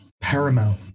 paramount